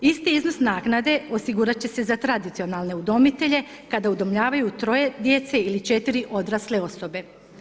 Isti iznos naknade osigurat će se za tradicionalne udomitelje kada udomljavanju troje djece ili četiri odrasle osobe.